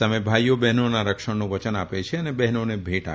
સામે ભાઈઓ બહેનોના રક્ષણનું વયન આપે છે અને બહેનોને ભેંટ આપે છે